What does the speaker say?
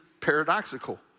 paradoxical